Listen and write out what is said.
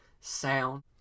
sound